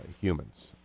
humans